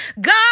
God